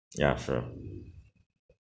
ya sure